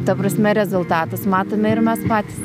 ta prasme rezultatus matome ir mes patys